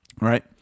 right